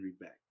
back